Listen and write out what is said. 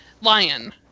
Lion